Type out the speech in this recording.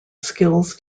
skills